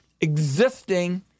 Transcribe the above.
existing